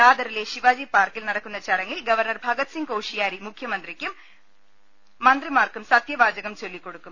ദാദറിലെ ശിവാജി പാർക്കിൽ നട ക്കുന്ന ചടങ്ങിൽ ഗവർണർ ഭഗത്സിംഗ് കോഷിയാരി മുഖ്യമന്ത്രിക്കും മന്ത്രി മാർക്കും സത്യവാചകം ചൊല്ലിക്കൊടുക്കും